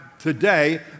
today